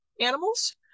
animals